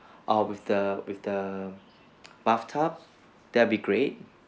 or with the with the bathtub that'll be great